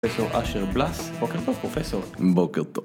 פרופסור אשר בלס, בוקר טוב פרופסור. בוקר טוב.